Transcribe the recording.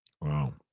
Wow